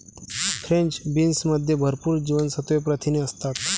French बीन्समध्ये भरपूर जीवनसत्त्वे, प्रथिने असतात